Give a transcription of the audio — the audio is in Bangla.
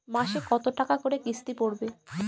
মাসে কত টাকা করে কিস্তি পড়বে?